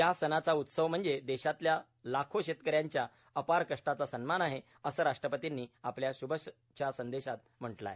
या सणांचा उत्सव म्हणजे देशातल्या लाखो शेतकऱ्यांच्या अपार कष्टाचा सन्मान आहे असं राष्ट्रपतींनी आपल्या श्भेच्छा संदेशात म्हटलं आहे